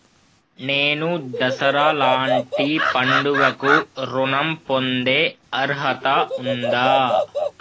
నేను దసరా లాంటి పండుగ కు ఋణం పొందే అర్హత ఉందా?